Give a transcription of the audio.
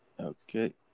Okay